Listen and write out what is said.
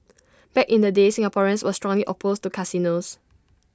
back in the day Singaporeans were strongly opposed to casinos